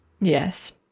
yes